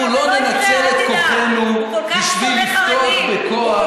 אנחנו לא ננצל את כוחנו בשביל לפתוח בכוח,